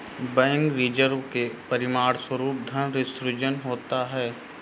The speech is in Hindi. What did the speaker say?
बैंक रिजर्व के परिणामस्वरूप धन सृजन होता है